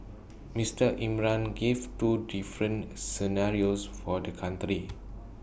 Mister Imran gave two different scenarios for the country